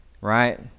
right